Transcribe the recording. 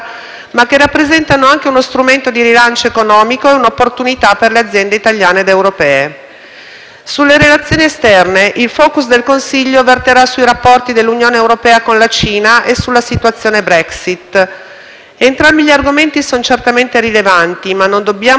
Sulle relazioni esterne, il *focus* del Consiglio verterà sui rapporti dell'Unione europea con la Cina e sulla situazione Brexit. Entrambi gli argomenti sono certamente rilevanti ma non dobbiamo dimenticare, soprattutto in sede europea, l'importanza della situazione del Nord Africa,